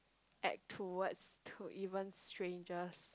act towards to even strangers